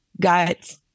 got